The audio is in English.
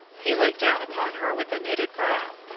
he looked down upon her with a knitted brow.